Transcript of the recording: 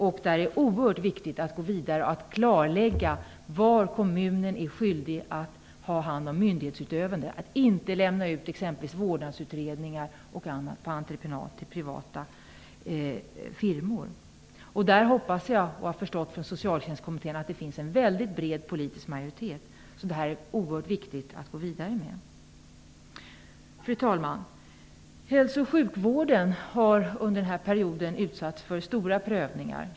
Därför är det oerhört viktigt att gå vidare i det arbetet och att klarlägga var kommunen är skyldig att ha hand om myndighetsutövandet. Man får inte lämna ut exempelvis vårdnadsutredningar på entreprenad till privata firmor. Som jag tolkar Socialtjänstkommittén finns det en väldigt bred politisk majoritet. Det är ju oerhört viktigt att gå vidare med detta. Fru talman! Hälso och sjukvården har under den gångna perioden utsatts för stora prövningar.